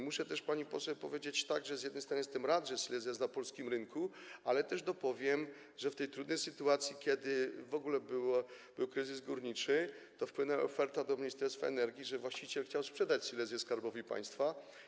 Muszę też pani poseł powiedzieć, że z jednej strony jestem rad, że Silesia jest na polskim rynku, ale też dopowiem, że w tej trudnej sytuacji, kiedy w ogóle był kryzys górniczy, wpłynęła oferta do Ministerstwa Energii, właściciel chciał sprzedać Silesię Skarbowi Państwa.